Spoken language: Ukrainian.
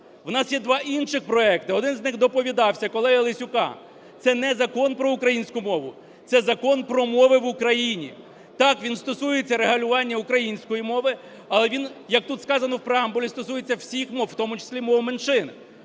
В нас є два інших проекти, один з них доповідався, колеги Лесюка, це не закон про українську мову, це Закон про мови в Україні. Так, він стосується регулювання української мови, але він, як тут сказано в преамбулі, стосується всіх мов, в тому числі мов меншин.